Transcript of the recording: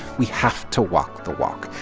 we have to walk the walk.